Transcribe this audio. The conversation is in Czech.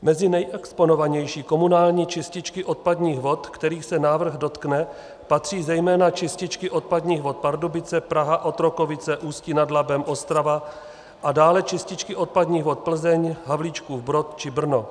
Mezi nejexponovanější komunální čističky odpadních vod, kterých se návrh dotkne, patří zejména čističky odpadních vod Pardubice, Praha, Otrokovice, Ústí nad Labem, Ostrava a dále čističky odpadních vod Plzeň, Havlíčkův Brod či Brno.